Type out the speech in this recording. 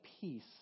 peace